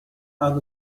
out